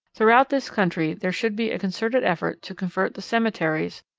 throughout this country there should be a concerted effort to convert the cemeteries,